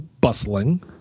bustling